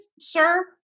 Sir